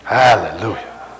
hallelujah